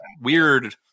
weird